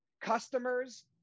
Customers